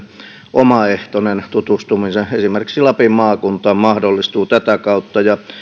omaehtoinen tutustuminen esimerkiksi lapin maakuntaan mahdollistuu tätä kautta